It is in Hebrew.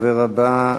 הדובר הבא,